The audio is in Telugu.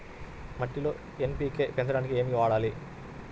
మట్టిలో ఎన్.పీ.కే పెంచడానికి ఏమి వాడాలి?